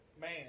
man